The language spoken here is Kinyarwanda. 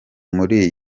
muri